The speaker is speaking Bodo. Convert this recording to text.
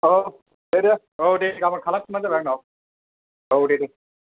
औ दे दे औ दे गाबोन खालामफिनबानो जाबाय आंनाव औ दे दे